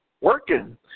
working